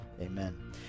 amen